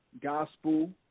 gospel